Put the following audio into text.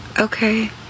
Okay